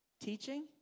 Teaching